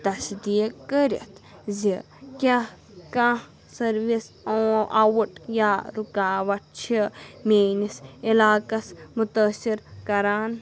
تصیٖق کٔرِتھ زِ کیٛاہ کانٛہہ سٔروِس اوںٛ آوُٹ یا رُکاوٹ چھِ میٛٲنِس علاقس متٲثِر کَران